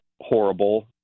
horrible